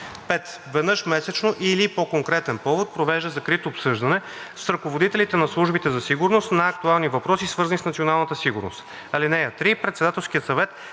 5. Веднъж месечно или по конкретен повод провежда закрито обсъждане с ръководителите на службите за сигурност на актуални въпроси, свързани с националната сигурност. (3) Председателският съвет